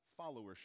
followership